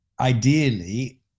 Ideally